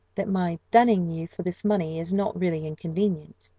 that my dunning you for this money is not really inconvenient.